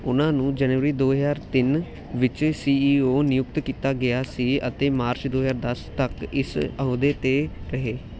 ਉਨ੍ਹਾਂ ਨੂੰ ਜਨਵਰੀ ਦੋ ਹਜਾਰ ਤਿੰਨ ਵਿੱਚ ਸੀ ਈ ਓ ਨਿਯੁਕਤ ਕੀਤਾ ਗਿਆ ਸੀ ਅਤੇ ਮਾਰਚ ਦੋ ਹਜ਼ਾਰ ਦਸ ਤੱਕ ਇਸ ਅਹੁਦੇ 'ਤੇ ਰਹੇ